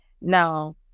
Now